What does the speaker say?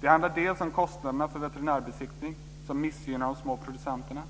Det handlar bl.a. om kostnaderna för veterinärbesiktning, som missgynnar de små producenterna.